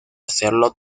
hacerlo